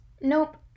Nope